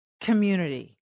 community